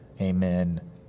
amen